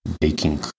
baking